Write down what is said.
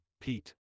pete